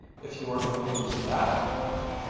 if you are going to use that argument?